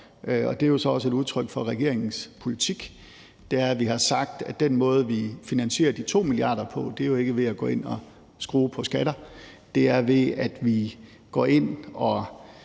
det er jo også et udtryk for regeringens politik – er, at den måde, vi finansierer de 2 mia. kr. på, ikke er ved at gå ind at skrue på skatter; det er, ved at vi går ind og